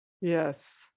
yes